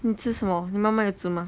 你吃什么你妈妈有煮吗